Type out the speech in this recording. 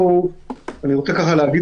אנחנו נתנגד.